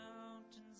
mountains